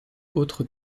autres